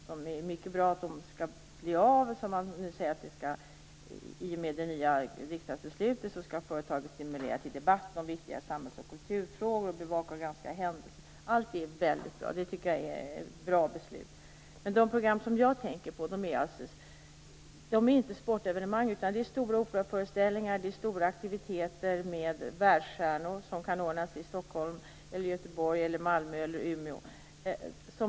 Jag menar då inte de program där, i och med det nya riksdagsbeslutet, företagen skall stimulera till debatt om viktiga samhälls och kulturfrågor samt bevaka och granska viktiga händelser. Allt detta är väldigt bra. Det är ett bra beslut. De program som jag tänker på är inte de som visar sportevenemang utan stora operaföreställningar, stora aktiviteter med världsstjärnor som kan anordnas i Stockholm, Göteborg, Malmö eller Umeå.